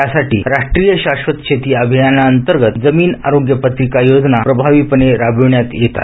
त्या साठी राष्ट्रीय शाश्वत शेती अभियाना अंतर्गत जमीन आरोग्य पत्रिका योजना प्रभावीपणे राबविण्यात येत आहे